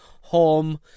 home